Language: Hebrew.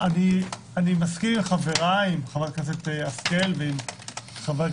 אני מסכים עם חבריי חברי הכנסת השכל ובגין,